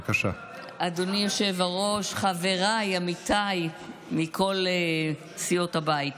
אדוני היושב-ראש, חבריי, עמיתיי מכל סיעות הבית,